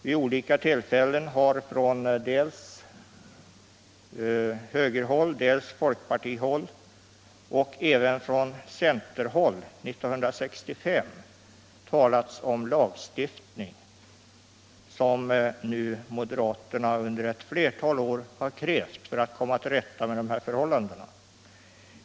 Vid olika tillfällen har från dels högerhåll, dels folkpartihåll — och även från centerhåll, 1965 — talats om lagstiftning, vilket moderaterna nu under ett flertal år har krävt, för att komma till rätta med dessa förhållanden.